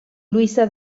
luisa